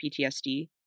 PTSD